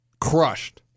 crushed